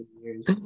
years